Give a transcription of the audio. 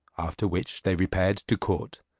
after which they repaired to court,